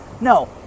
No